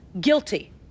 guilty